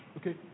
Okay